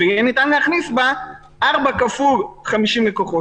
ויהיה ניתן להכניס בה 4 כפול 50 לקוחות.